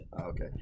Okay